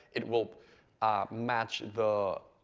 it will match the